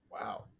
Wow